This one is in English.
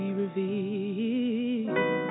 revealed